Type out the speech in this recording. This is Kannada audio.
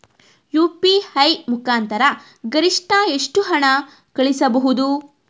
ಯು.ಪಿ.ಐ ಮುಖಾಂತರ ಗರಿಷ್ಠ ಎಷ್ಟು ಹಣ ಕಳಿಸಬಹುದು?